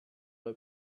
were